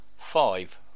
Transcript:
five